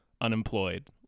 unemployed